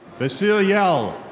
vesile yel.